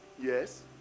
Yes